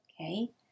Okay